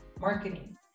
marketing